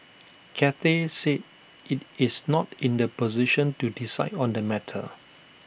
Cathay said IT is not in the position to decide on the matter